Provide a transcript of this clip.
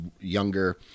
younger